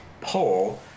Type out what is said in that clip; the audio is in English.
poll